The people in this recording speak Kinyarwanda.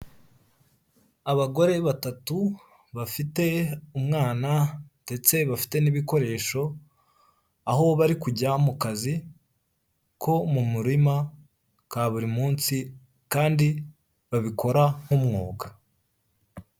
Abagore batatu bafite umwana ndetse bafite n'ibikoresho, aho bari kujya mu kazi ko mu murima ka buri munsi, kandi babikora nk'umwuga.